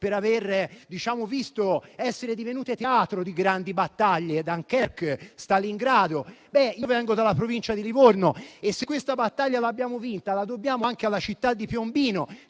per essere divenute teatro di grandi battaglie, come Dunkerque o Stalingrado. Io vengo dalla provincia di Livorno e se questa battaglia l'abbiamo vinta lo dobbiamo anche alla città di Piombino,